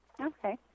Okay